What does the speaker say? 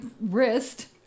wrist